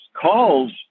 calls